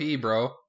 bro